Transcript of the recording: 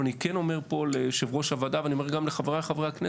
ואני אומר את זה פה גם לך אדוני היושב ראש וגם לחברי הכנסת,